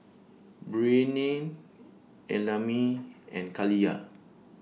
Breanne Ellamae and Kaliyah